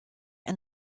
and